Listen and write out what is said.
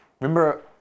Remember